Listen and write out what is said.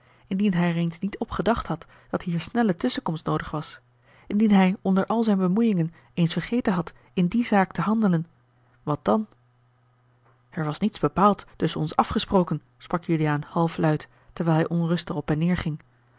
indien hij er eens niet op gedacht had dat hier snelle tusschenkomst noodig was indien hij onder al zijne bemoeiingen eens vergeten had in die zaak te handelen wat dan osboom oussaint r was niets bepaald tusschen ons afgesproken sprak juliaan halfluid terwijl hij onrustig op en neêr ging